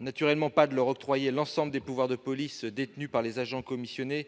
ne s'agit pas de leur octroyer l'ensemble des pouvoirs de police détenus par les agents commissionnés